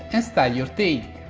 and style your take.